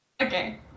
Okay